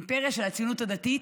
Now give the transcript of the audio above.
אימפריה של הציונות הדתית,